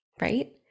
right